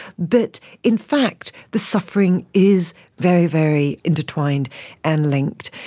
but in fact the suffering is very, very intertwined and linked.